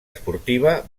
esportiva